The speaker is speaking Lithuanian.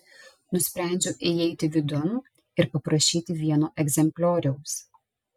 nusprendžiau įeiti vidun ir paprašyti vieno egzemplioriaus